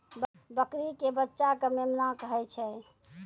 बकरी के बच्चा कॅ मेमना कहै छै